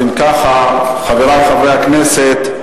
אם ככה, חברי חברי הכנסת,